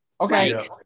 Okay